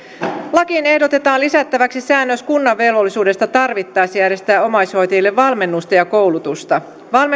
lakiin ehdotetaan lisättäväksi säännös kunnan velvollisuudesta tarvittaessa järjestää omaishoitajille valmennusta ja koulutusta